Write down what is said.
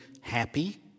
happy